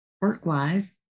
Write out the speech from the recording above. work-wise